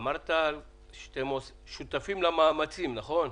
אמרת שאתם שותפים למאמצים, נכון?